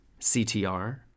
CTR